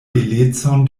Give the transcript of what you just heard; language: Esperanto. belecon